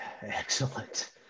Excellent